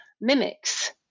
mimics